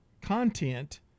content